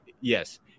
Yes